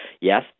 Yes